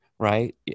right